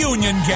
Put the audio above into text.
Union